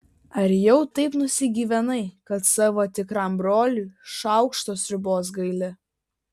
ar jau taip nusigyvenai kad savo tikram broliui šaukšto sriubos gaili